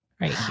Right